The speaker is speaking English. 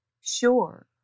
Sure